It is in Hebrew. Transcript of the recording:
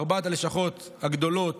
ארבע הלשכות הגדולות,